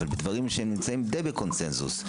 אבל בדברים שנמצאים די בקונצנזוס,